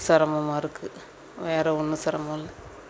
சிரமமா இருக்குது வேறு ஒன்றும் சிரமோம் இல்லை